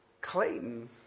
Clayton